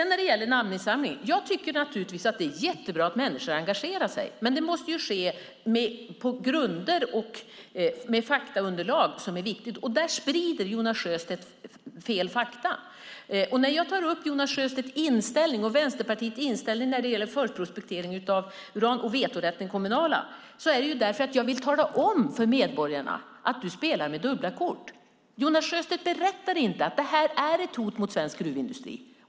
När det gäller namninsamlingen tycker jag naturligtvis att det är jättebra att människor engagerar sig, men det måste ske på riktiga grunder och med ett riktigt faktaunderlag. Och där sprider Jonas Sjöstedt fel fakta. Jag har tagit upp Jonas Sjöstedts och Vänsterpartiets inställning när det gäller förprospektering av uran och den kommunala vetorätten, och det har jag gjort därför att jag vill tala om för medborgarna att han spelar med dubbla kort. Jonas Sjöstedt berättar inte att det här är ett hot mot svensk gruvindustri.